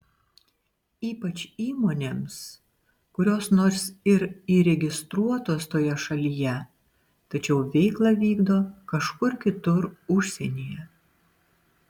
ypač įmonėms kurios nors ir įregistruotos toje šalyje tačiau veiklą vykdo kažkur kitur užsienyje